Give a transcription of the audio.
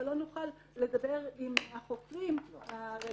אבל לא נוכל לדבר עם החוקרים הרלוונטיים